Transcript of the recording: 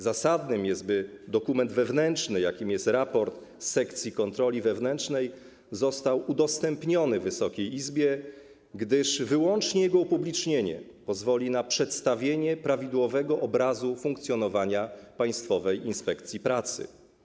Zasadne jest, by dokument wewnętrzny, jakim jest raport z sekcji kontroli wewnętrznej, został udostępniony Wysokiej Izbie, gdyż wyłącznie jego upublicznienie pozwoli na przedstawienie prawidłowego obrazu funkcjonowania Państwowej Inspekcji Pracy.